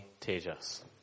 Tejas